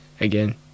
again